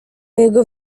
jego